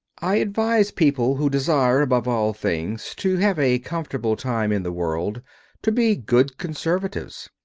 i advise people who desire, above all things, to have a comfortable time in the world to be good conservatives.